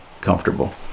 comfortable